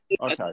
okay